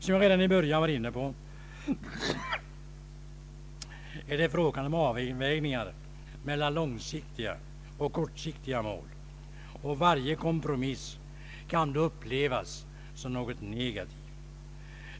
Som jag redan i början var inne på är det fråga om avvägningar mellan långsiktiga och kortsiktiga mål, och varje kompromiss kan då upplevas som något negativt.